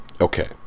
okay